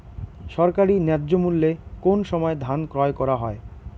সরকারি ন্যায্য মূল্যে কোন সময় ধান ক্রয় করা হয়?